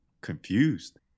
confused